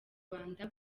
rwanda